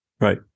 Right